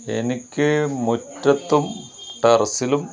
എനിക്ക് മുറ്റത്തും ടെറസിലും